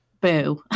boo